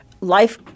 life